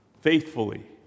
Faithfully